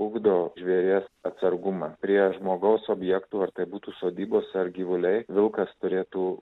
ugdo žvėries atsargumą prie žmogaus objektų ar tai būtų sodybos ar gyvuliai vilkas turėtų